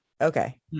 Okay